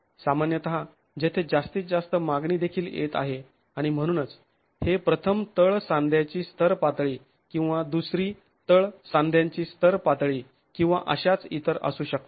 सामान्यतः जेथे जास्तीत जास्त मागणी देखील येत आहे आणि म्हणूनच हे प्रथम तळ सांध्यांची स्तर पातळी किंवा दुसरी तळ सांध्यांची स्तर पातळी किंवा अशाच इतर असू शकतात